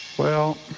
well,